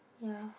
ya